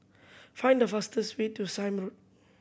find the fastest way to Sime Road